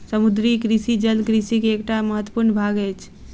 समुद्रीय कृषि जल कृषि के एकटा महत्वपूर्ण भाग अछि